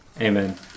Amen